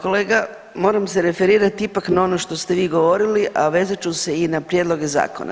Kolega moram se referirati ipak na ono što ste vi govorili, a vezat ću se i na prijedloge zakona.